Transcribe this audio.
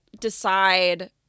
decide